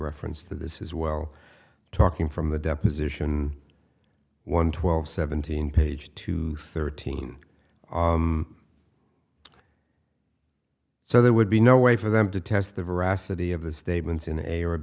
reference to this is well talking from the deposition one twelve seventeen page two thirteen so there would be no way for them to test the veracity of the statements in a